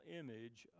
image